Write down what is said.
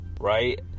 right